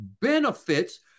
benefits